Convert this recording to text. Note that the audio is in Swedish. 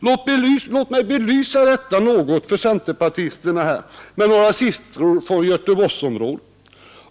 Jag skall belysa detta för centerpartisterna här med några siffror från Göteborgsområdet.